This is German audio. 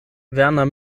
werner